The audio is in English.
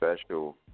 special